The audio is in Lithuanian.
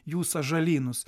jų sąžalynus